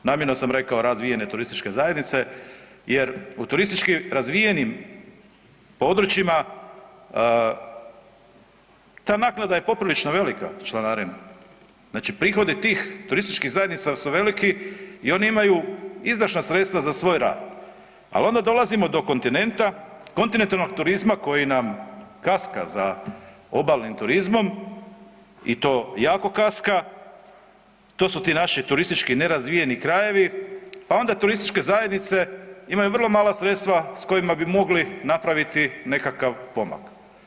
Namjerno sam rekao razvijene turističke zajednice jer u razvijenim područjima ta naknada je poprilično velika članarina, znači prihodi tih turističkih zajednica su veliki i oni imaju izdašna sredstva za svoj rad, al onda dolazimo do kontinenta, kontinentalnog turizma koji nam kaska za obalnim turizmom i to jako kaska, to su ti naši turistički nerazvijeni krajevi, pa onda turističke zajednice imaju vrlo mala sredstva s kojima bi mogli napraviti nekakav pomak.